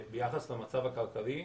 ביחס למצב הכלכלי,